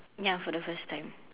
ya for the first time